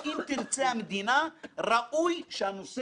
ואני מתחבר למשפט הידוע, שיש ח"כים בירושלים.